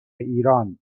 ایران